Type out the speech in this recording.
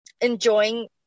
enjoying